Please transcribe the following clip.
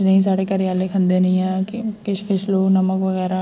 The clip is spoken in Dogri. जनेही साढे़ घरा आह्ले खंदे न इ'यां किश किश लोक नमक बगैरा